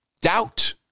doubt